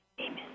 Amen